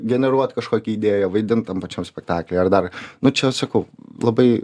generuot kažkokią idėją vaidint tam pačiam spektakly ar dar nu čia sakau labai